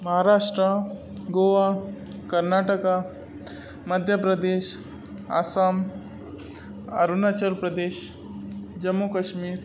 Maharashtra Goa Karnataka Madhya Pradesh Assam Arunachal Pradesh Jammu Kashmir